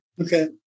okay